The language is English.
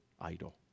idol